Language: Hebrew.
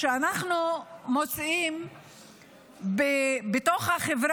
אבל אנחנו גם רואים מדי שנה בשנה את הדוח של מבקר